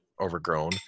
overgrown